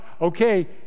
okay